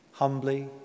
humbly